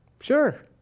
Sure